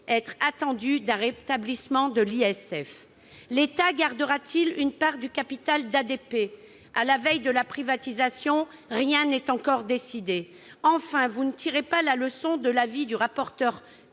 être attendues d'un rétablissement de l'ISF ! L'État gardera-t-il une part du capital d'ADP ? À la veille de la privatisation, rien n'est encore décidé ! Enfin, vous ne tirez pas la leçon de l'avis du rapporteur